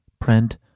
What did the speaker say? Print